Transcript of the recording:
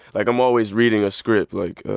like i'm always reading a script, like,